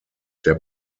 der